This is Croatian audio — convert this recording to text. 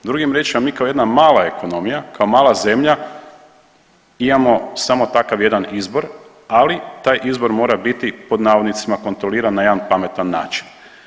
Drugim riječima, mi kao jedna mala ekonomija, kao mala zemlja imamo samo takav jedan izbor, ali taj izbor mora biti pod navodnicima, kontroliran na jedan pametan način.